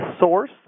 source